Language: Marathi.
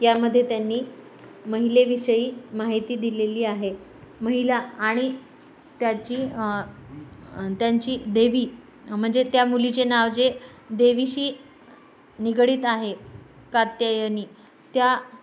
यामध्ये त्यांनी महिलेविषयी माहिती दिलेली आहे महिला आणि त्याची त्यांची देवी म्हणजे त्या मुलीचे नाव जे देवीशी निगडित आहे कात्यायनी त्या